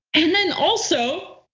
and then also,